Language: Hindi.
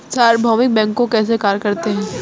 सार्वभौमिक बैंक कैसे कार्य करता है?